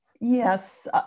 Yes